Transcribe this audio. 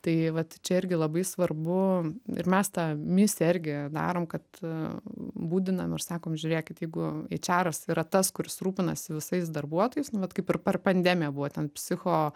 tai vat čia irgi labai svarbu ir mes tą misiją irgi darom kad budinam ir sako žiūrėkit jeigu eičeras yra tas kuris rūpinasi visais darbuotojais nu vat kaip ir per pandemiją buvo ten psicho